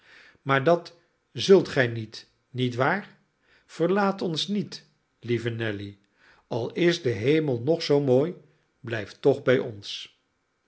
maar dat zult gij niet niet waar verlaat ons niet lieve nelly al is de hemel nog zoo mooi blijf toch bij ons